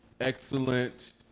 excellent